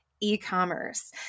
e-commerce